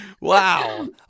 Wow